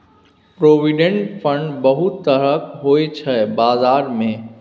provident fund बहुत तरहक होइ छै बजार मे